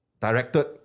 directed